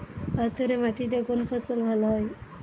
পাথরে মাটিতে কোন ফসল ভালো হয়?